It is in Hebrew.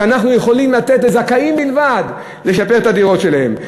שאנחנו יכולים לתת לזכאים בלבד לשפר את הדירות שלהם.